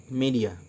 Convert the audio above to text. media